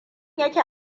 yake